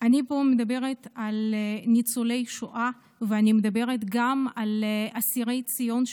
אני מדברת פה על ניצולי שואה ואני מדברת גם על אסירי ציון,